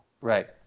Right